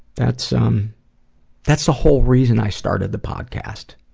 that's um that's the whole reason i started the podcast,